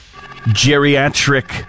Geriatric